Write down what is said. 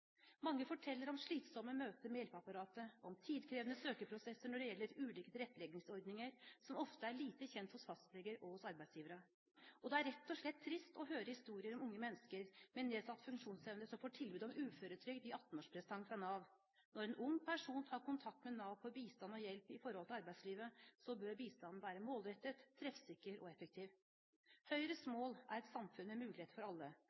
Mange forteller om slitsomme møter med hjelpeapparatet og om tidkrevende søkeprosesser når det gjelder ulike tilretteleggingsordninger, som ofte er lite kjent hos fastleger og hos arbeidsgivere. Og det er rett og slett trist å høre historier om unge mennesker med nedsatt funksjonsevne som får tilbud om uføretrygd i 18-årspresang fra Nav. Når en ung person tar kontakt med Nav for bistand og hjelp i arbeidslivet, bør bistanden være målrettet, treffsikker og effektiv. Høyres mål er et samfunn med muligheter for alle,